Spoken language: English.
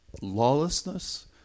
lawlessness